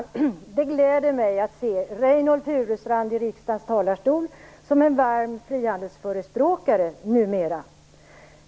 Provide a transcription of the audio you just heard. Herr talman! Det gläder mig att se Reynoldh Furustrand i riksdagens talarstol som en varm frihandelsförespråkare - numera.